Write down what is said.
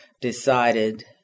decided